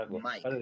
Mike